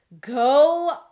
go